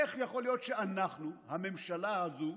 איך יכול להיות שאנחנו, הממשלה הזו,